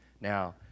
now